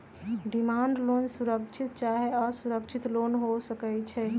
demand loan सुरक्षित चाहे असुरक्षित लोन हो सकइ छै